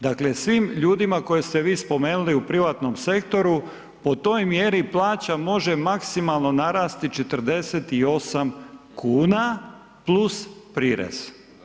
Dakle svim ljudima koje ste vi spomenuli u privatnom sektoru po toj mjeri plaća može maksimalno narasti 48 kuna + prirez.